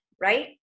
right